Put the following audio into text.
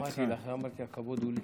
שמעתי, לכן אמרתי: הכבוד הוא לי.